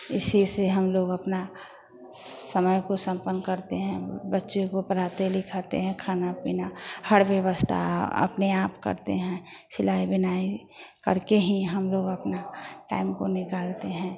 इसी से हम लोग अपना समय को संपन्न करते हैं बच्चे को पढ़ाते लिखाते हैं खाना पीना हर व्यवस्था अपने आप करते हैं सिलाई बुनाई करके ही हम लोग अपने टाइम को निकालते हैं